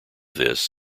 this